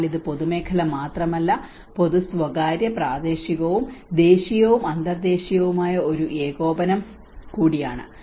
അതിനാൽ ഇത് പൊതുമേഖല മാത്രമല്ല പൊതു സ്വകാര്യ പ്രാദേശികവും ദേശീയവും അന്തർദേശീയവുമായ ഏകോപനം കൂടിയാണ്